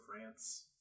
France